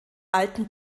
alten